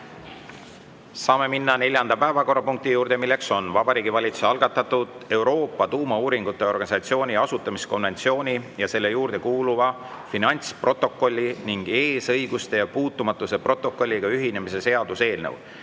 Saame minna neljanda päevakorrapunkti juurde, milleks on Vabariigi Valitsuse algatatud Euroopa Tuumauuringute Organisatsiooni asutamiskonventsiooni ja selle juurde kuuluva finantsprotokolli ning eesõiguste ja puutumatuse protokolliga ühinemise seaduse eelnõu